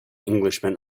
englishman